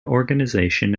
organization